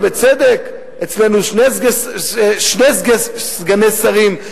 ובצדק: אצלנו שני סגני שרים,